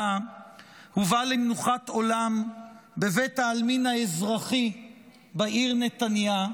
הובא למנוחת עולם בבית העלמין האזרחי בעיר נתניה,